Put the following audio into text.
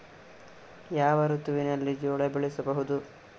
ಯಾವ ಋತುವಿನಲ್ಲಿ ಜೋಳ ಬೆಳೆಸಬಹುದು?